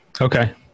Okay